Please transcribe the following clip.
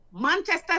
Manchester